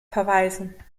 verweisen